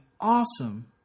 awesome